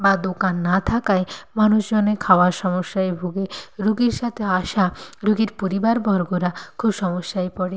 বা দোকান না থাকায় মানুষ অনেক খাওয়ার সমস্যায় ভোগে রুগীর সাথে আসা রুগীর পরিবারবর্গরা খুব সমস্যায় পড়ে